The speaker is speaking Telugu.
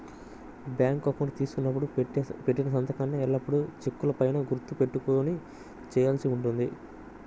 బ్యాంకు అకౌంటు తీసుకున్నప్పుడు పెట్టిన సంతకాన్నే ఎల్లప్పుడూ చెక్కుల పైన గుర్తు పెట్టుకొని చేయాల్సి ఉంటుంది